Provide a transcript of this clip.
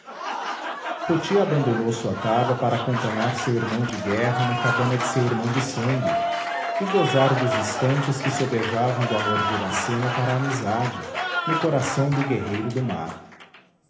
poti abandonou sua taba para acompanhar seu irmão de guerra na cabana de seu irmão de sangue e gozar dos instantes que sobejavam do amor de iracema para a amizade no coração do guerreiro do mar